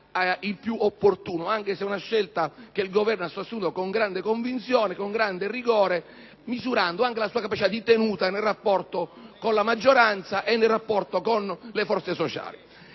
il più opportuno, anche se è una scelta che il Governo ha sostenuto con grande convinzione e con grande rigore, misurando anche la sua capacità di tenuta nel rapporto con la maggioranza e con le forze sociali.